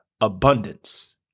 abundance